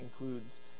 includes